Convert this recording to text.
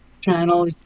channel